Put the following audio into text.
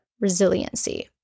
resiliency